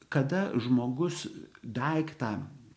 kada žmogus daiktą